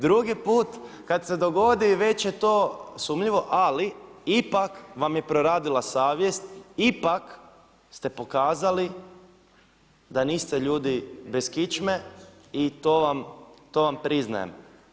Drugi put kada se dogodi već je to sumnjivo, ali ipak vam je proradila savjest, ipak ste pokazali da niste ljudi bez kičme i to vam priznajem.